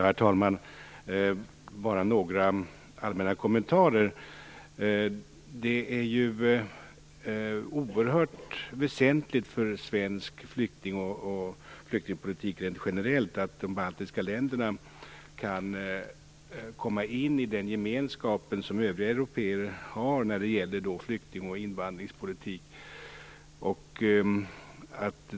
Herr talman! Jag skall bara göra några allmänna kommentarer. Det är oerhört väsentligt för svensk flyktingpolitik, och för flyktingpolitik rent generellt att de baltiska länderna kan komma in i den gemenskap som övriga europeiska länder har när det gäller flykting och invandringspolitik.